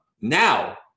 Now